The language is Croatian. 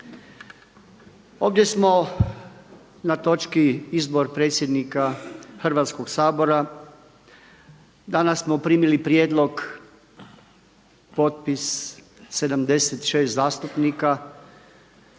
Ovdje smo na točki izbor predsjednika Hrvatskog sabora. Danas smo primili prijedlog, potpis 76 zastupnika za